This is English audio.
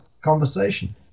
conversation